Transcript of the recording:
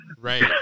Right